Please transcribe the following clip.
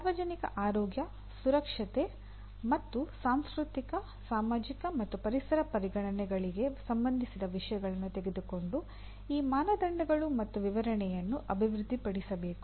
ಸಾರ್ವಜನಿಕ ಆರೋಗ್ಯ ಸುರಕ್ಷತೆ ಮತ್ತು ಸಾಂಸ್ಕೃತಿಕ ಸಾಮಾಜಿಕ ಮತ್ತು ಪರಿಸರ ಪರಿಗಣನೆಗಳಿಗೆ ಸಂಬಂಧಿಸಿದ ವಿಷಯಗಳನ್ನು ತೆಗೆದುಕೊಂಡು ಈ ಮಾನದಂಡಗಳು ಮತ್ತು ವಿವರಣೆಯನ್ನು ಅಭಿವೃದ್ಧಿಪಡಿಸಬೇಕು